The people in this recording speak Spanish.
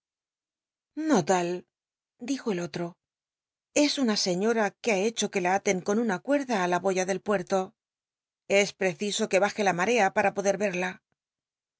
no la dijo el otro es una señora que ha hecho que la aten con una cuerda á la boya del puerto es preciso que baje la marea para poder l'erla